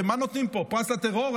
הרי מה נותנים פה, פרס לטרור?